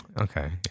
Okay